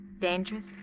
Dangerous